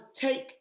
take